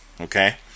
okay